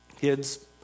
kids